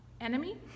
enemy